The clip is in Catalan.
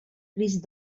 crist